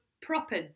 proper